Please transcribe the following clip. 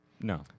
No